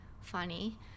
funny